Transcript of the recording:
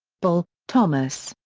uebel, thomas.